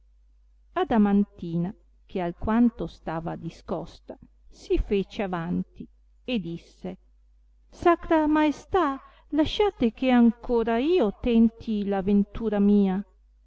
sconsolato re adamantina che alquanto stava discosta si fece avanti e disse sacra maestà lasciate che ancora io tenti la ventura mia